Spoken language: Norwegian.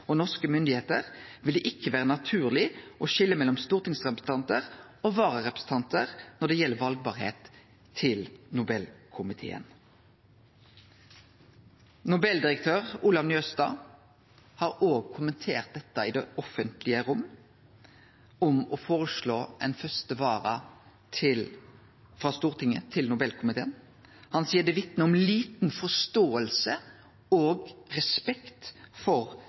og norske myndigheiter, vil det ikkje vere naturleg å skilje mellom stortingsrepresentantar og vararepresentantar når det gjeld valbarheit til Nobelkomiteen. Nobel-direktør Olav Njølstad har òg i det offentlege rom kommentert det å føreslå første vararepresentant til Stortinget til Nobelkomiteen. Han seier: «Det vitner også om liten forståelse og respekt for